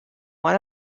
one